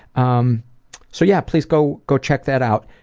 um so, yeah, please go go check that out.